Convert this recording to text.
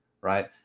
Right